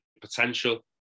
potential